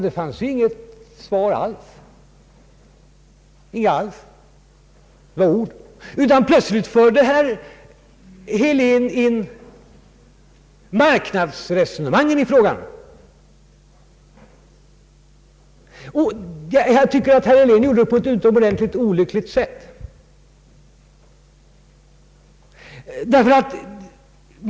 Det blev inget svar alls, utan plötsligt förde herr Helén in marknadsresonemangen i frågan. Jag tycker att herr Helén gjorde det på ett utomordentligt olyckligt sätt.